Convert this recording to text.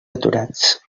aturats